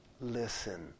Listen